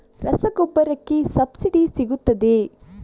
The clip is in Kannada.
ರಸಗೊಬ್ಬರಕ್ಕೆ ಸಬ್ಸಿಡಿ ಸಿಗುತ್ತದೆಯೇ?